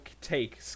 take